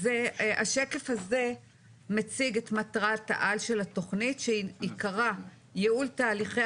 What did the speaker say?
השקף הזה מציג את מטרת העל של התכנית שעיקרה ייעול תהליכי